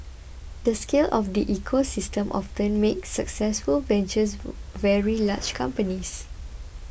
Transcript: the scale of the ecosystem often makes successful ventures very large companies